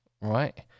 Right